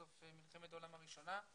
סוף מלחמת העולם הראשונה.